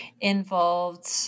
involved